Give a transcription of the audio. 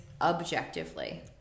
objectively